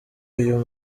uyu